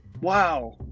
wow